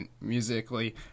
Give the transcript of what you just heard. musically